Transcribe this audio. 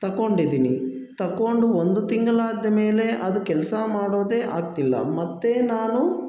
ತಗೊಂಡಿದೀನಿ ತಗೊಂಡು ಒಂದು ತಿಂಗಳಾದ ಮೇಲೆ ಅದು ಕೆಲಸ ಮಾಡೋದೇ ಆಗ್ತಿಲ್ಲ ಮತ್ತು ನಾನು